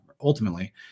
ultimately